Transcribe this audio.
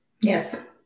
Yes